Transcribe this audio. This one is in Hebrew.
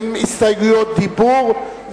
הן הסתייגויות דיבור.